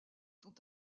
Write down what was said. sont